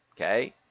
Okay